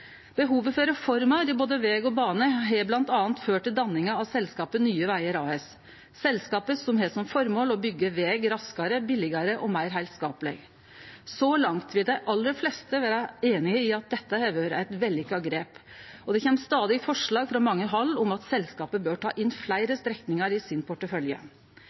Behovet for reformer innan både veg og bane har bl.a. ført til danninga av selskapet Nye Vegar AS, selskapet som har som formål å byggje veg raskare, billigare og meir heilskapleg. Så langt vil dei aller fleste vere einige i at dette har vore eit vellykka grep, og det kjem stadig forslag frå mange hald om at selskapet bør ta inn fleire strekningar i porteføljen sin.